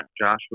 Joshua